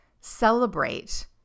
celebrate